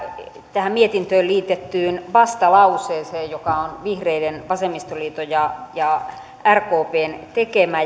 tähän mietintöön liitettyyn vastalauseeseen joka on vihreiden vasemmistoliiton ja ja rkpn tekemä